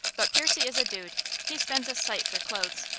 but percy is a dude. he spends a sight for clothes.